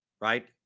right